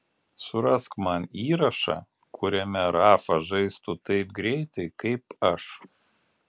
surask man įrašą kuriame rafa žaistų taip greitai kaip aš